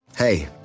Hey